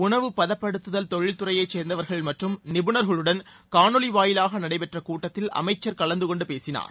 உணவு பதப்படுத்துதல் தொழில் துறையைச் சேர்ந்தவர்கள் மற்றும் நிபுணர்களுடன் காணொலி வாயிலாக நடைபெற்ற கூட்டத்தில் அமைச்சர் கலந்து கொண்டு பேசினார்